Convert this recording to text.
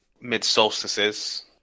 mid-solstices